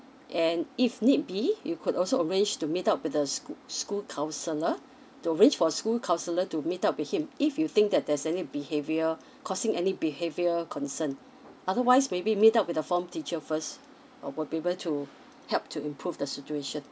and if need be you could also arrange to meet up with the schoo~ school counsellor to arrange for a school counsellor to meet up with him if you think that there's any behaviour causing any behaviour concern otherwise maybe meet up with the form teacher first uh will be able to help to improve the situation